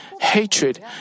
hatred